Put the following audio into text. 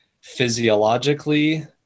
physiologically